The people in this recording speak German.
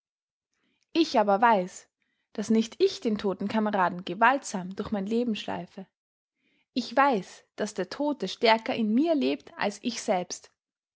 ich aber weiß daß nicht ich den toten kameraden gewaltsam durch mein leben schleife ich weiß daß der tote stärker in mir lebt als ich selbst